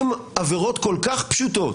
אם עבירות כל כך פשוטות,